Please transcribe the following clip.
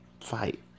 fight